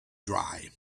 dry